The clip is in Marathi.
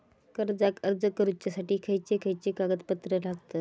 कर्जाक अर्ज करुच्यासाठी खयचे खयचे कागदपत्र लागतत